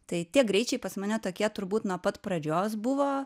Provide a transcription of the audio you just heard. tai tie greičiai pas mane tokie turbūt nuo pat pradžios buvo